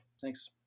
thanks